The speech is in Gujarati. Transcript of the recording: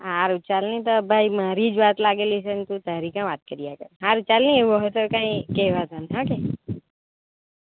સારું ચાલને તો ભાઈ મારી જ વાટ લાગેલી છે ને તું તારી ક્યા વાત કરીએ સારું ચાલ ને એવું હોય તો કંઈ કહેવા તને